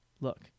Look